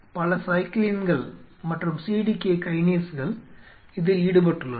பல சைக்ளின்கள் மற்றும் CDK கைனேஸ்கள் இதில் ஈடுபட்டுள்ளன